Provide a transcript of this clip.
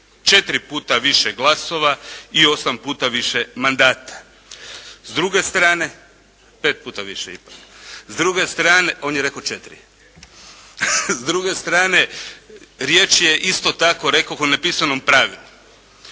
dobio 4 puta više glasova i 8 puta više mandata. S druge strane, 5 puta više ipak. On je rekao četiri. S druge strane riječ je isto tako rekoh o nepisanom pravilu.